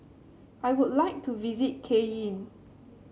I would like to visit Cayenne